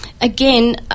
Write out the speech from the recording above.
Again